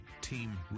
team